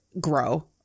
grow